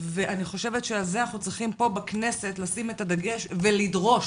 ואני חושבת שעל זה אנחנו צריכים פה בכנסת לשים את הדגש ולדרוש,